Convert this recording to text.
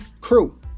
Crew